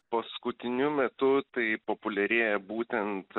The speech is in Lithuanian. paskutiniu metu tai populiarėja būtent